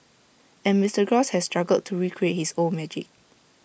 and Mister gross has struggled to recreate his old magic